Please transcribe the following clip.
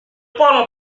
parlons